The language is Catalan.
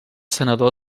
senador